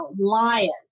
lions